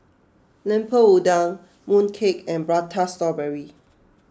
Lemper Udang Mooncake and Prata Strawberry